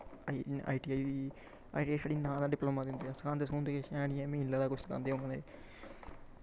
I T I I T I छड़ा नां दा डिपलमा दिंदे न सखांदे सखुूदे किश हैन नी मीं नी लगदा ऐ किश सखांदे होङन